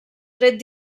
tret